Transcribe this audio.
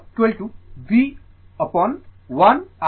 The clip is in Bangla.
এটিও v অ্যাপন i